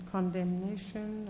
Condemnation